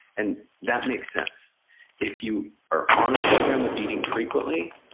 and that makes sense if you are on a program of eating frequently,